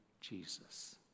Jesus